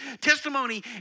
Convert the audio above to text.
Testimony